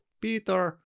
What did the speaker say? Peter